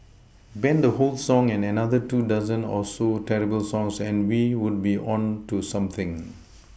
ban the whole song and another two dozen or so terrible songs and we would be on to something